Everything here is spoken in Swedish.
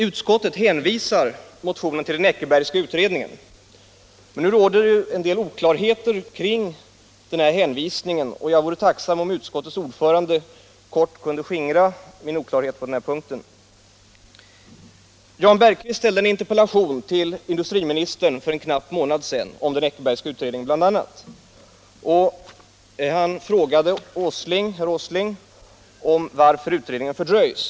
Utskottet hänvisar motionen till den Eckerbergska utredningen. Det råder någon oklarhet kring denna hänvisning, och jag vore tacksam om utskottets ordförande kortfattat kunde skingra min osäkerhet på den här punkten. Jan Bergqvist i Göteborg ställde en interpellation till industriministern för en knapp månad sedan om den Eckerbergska utredningen bl.a. Han frågade herr Åsling varför utredningen fördröjts.